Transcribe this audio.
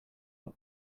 but